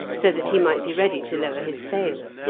so that he might be ready to lower his sail.